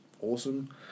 awesome